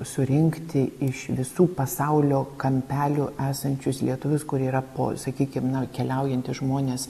surinkti iš visų pasaulio kampelių esančius lietuvius kurie yra po sakykim na keliaujantys žmonės